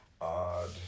odd